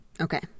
Okay